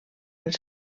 els